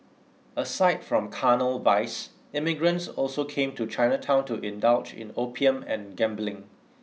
aside from carnal vice immigrants also came to Chinatown to indulge in opium and gambling